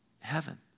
heaven